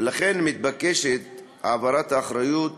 ולכן מתבקשת העברת האחריות